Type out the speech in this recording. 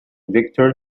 victor